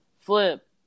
flip